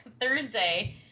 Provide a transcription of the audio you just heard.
thursday